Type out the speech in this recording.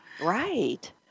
Right